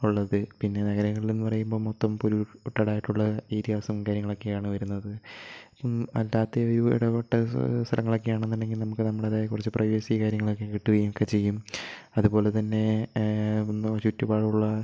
ഉള്ളത് പിന്നെ നഗരങ്ങളിൽ എന്ന് പറയുമ്പോൾ മൊത്തം ഇപ്പം ഒരു ആയിട്ടുള്ള ഏരിയാസും കാര്യങ്ങളൊക്കെയാണ് വരുന്നത് അല്ലാത്ത ഇവിടെ സ്ഥലങ്ങളൊക്കെയാണെന്നുണ്ടങ്കി നമുക്ക് നമ്മുടേതായ കുറച്ച് പ്രൈവസി കാര്യങ്ങളൊക്കെ കിട്ടുകയൊക്കെ ചെയ്യും അതുപോലെ തന്നെ ചുറ്റുപാടുള്ള